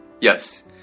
Yes